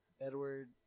Edward